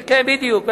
בדיוק.